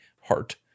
heart